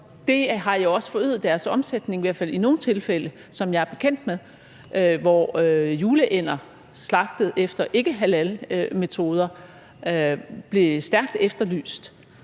det har jo også forøget deres omsætning i hvert fald i nogle tilfælde, hvad jeg er bekendt med, f.eks. hvor juleænder slagtet efter ikkehalalmetoder blev stærkt efterlyst